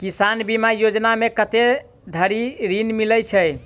किसान बीमा योजना मे कत्ते धरि ऋण मिलय छै?